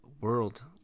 world